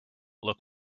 look